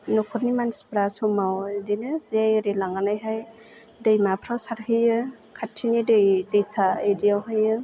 नखरनि मानसिफ्रा समाव बिदिनो जे एरि लांनानैहाय दैमाफ्राव सारहैयो खाथिनि दै दैसा बिदियावहाय